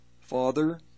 father